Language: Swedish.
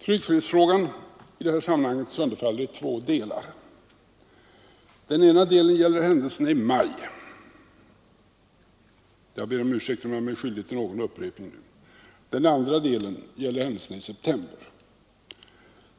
Tryckfrihetsfrågan sönderfaller i detta sammanhang i två delar. Den ena delen gäller händelserna i maj — jag ber om ursäkt om jag nu gör mig skyldig till upprepningar — och den andra delen gäller händelserna i september.